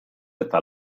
eta